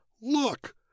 look